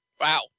Wow